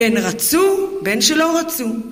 בן רצו, בן שלא רצו